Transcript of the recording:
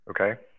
Okay